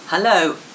Hello